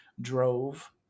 drove